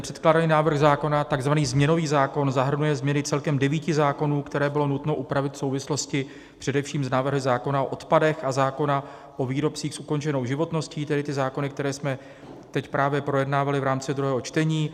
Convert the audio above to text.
Předkládaný návrh zákona, takzvaný změnový zákon, zahrnuje změny celkem devíti zákonů, které bylo nutno upravit v souvislosti především s návrhem zákona o odpadech a zákona o výrobcích s ukončenou životností, tedy ty zákony, které jsme teď právě projednávali v rámci druhého čtení.